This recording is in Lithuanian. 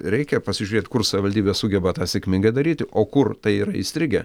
reikia pasižiūrėt kur savivaldybė sugeba tą sėkmingai daryti o kur tai yra įstrigę